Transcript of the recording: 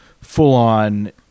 full-on